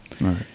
right